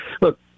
Look